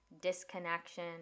disconnection